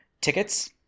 tickets